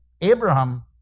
Abraham